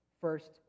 first